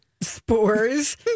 spores